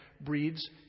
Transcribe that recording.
breeds